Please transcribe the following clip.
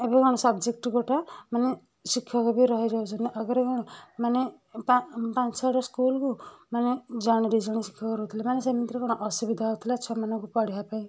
ଏବେ କ'ଣ ସବଜେକ୍ଟ ଗୋଟା ମାନେ ଶିକ୍ଷକ ବି ରହି ଯାଉଛନ୍ତି ଆଗରେ କ'ଣ ମାନେ ପା ପାଞ୍ଚ ଛଅଟା ସ୍କୁଲକୁ ମାନେ ଜଣେ ଦୁଇ ଜଣ ଶିକ୍ଷକ ରହୁଥୁଲେ ମାନେ ସେମିତିରେ କ'ଣ ଅସୁବିଧା ହଉଥିଲା ଛୁଆମାନଙ୍କୁ ପଢ଼େଇବା ପାଇଁ